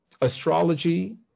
Astrology